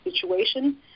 situation